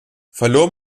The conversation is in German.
verlor